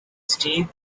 steve